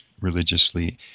religiously